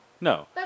No